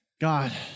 God